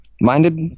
minded